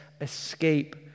escape